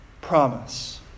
promise